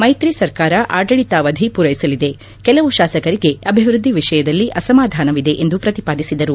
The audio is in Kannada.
ಮೈತ್ರಿ ಸರ್ಕಾರ ಆಡಳಿತಾವಧಿ ಪೂರೈಸಲಿದೆ ಕೆಲವು ಶಾಸಕರಿಗೆ ಅಭಿವೃದ್ದಿ ವಿಷಯದಲ್ಲಿ ಅಸಮಾಧಾನವಿದೆ ಎಂದು ಪ್ರತಿಪಾದಿಸಿದರು